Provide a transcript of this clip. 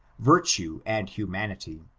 virtue and humanity.